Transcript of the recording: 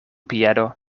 piedo